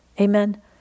Amen